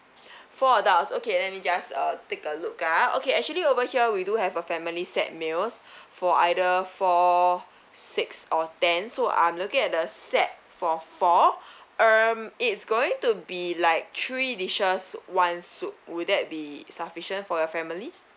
four adults okay let me just uh take a look ah okay actually over here we do have uh family set meals for either four or six or ten so I'm looking at the set for four um it's going to be like three dishes one soup would that be sufficient for your family